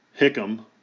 Hickam